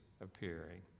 appearing